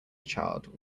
child